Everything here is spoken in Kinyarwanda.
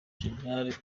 jenerali